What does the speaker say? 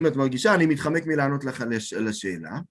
אם את מרגישה אני מתחמק מלענות לך על השאלה.